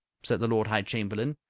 said the lord high chamberlain.